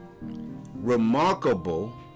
Remarkable